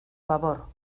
babor